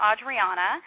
Adriana